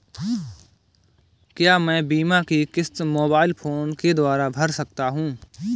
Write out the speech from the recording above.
क्या मैं बीमा की किश्त मोबाइल फोन के द्वारा भर सकता हूं?